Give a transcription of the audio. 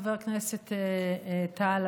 חבר הכנסת טל,